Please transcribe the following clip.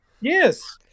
Yes